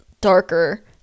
darker